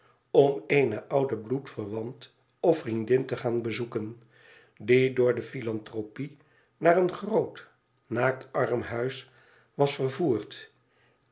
om eene oude bloedverwant of vriendin te gaan bezoeken die door de philanthropie naar een groot naakt armhuis was vervoerd